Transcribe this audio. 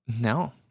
No